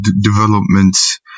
developments